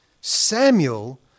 Samuel